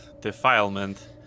defilement